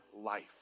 life